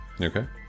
okay